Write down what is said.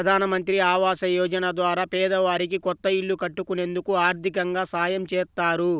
ప్రధానమంత్రి ఆవాస యోజన ద్వారా పేదవారికి కొత్త ఇల్లు కట్టుకునేందుకు ఆర్దికంగా సాయం చేత్తారు